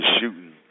shooting